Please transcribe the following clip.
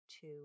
two